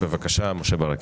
בבקשה, משה ברקת.